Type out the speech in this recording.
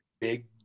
big